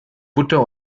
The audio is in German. butter